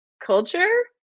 culture